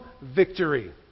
victory